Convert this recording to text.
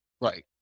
Right